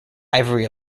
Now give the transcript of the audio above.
ivory